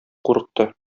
курыкты